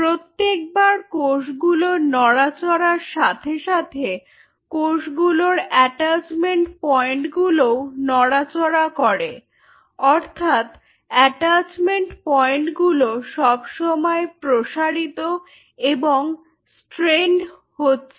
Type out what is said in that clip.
প্রত্যেকবার কোষগুলোর নড়াচড়ার সাথে সাথে কোষগুলির অ্যাটাচমেন্ট পয়েন্ট গুলোও নড়াচড়া করে অর্থাৎ অ্যাটাচমেন্ট পয়েন্ট গুলো সবসময় প্রসারিত এবং স্ট্রেইন্ড হচ্ছে